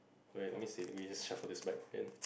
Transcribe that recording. wait let me see let me just shuffle this back again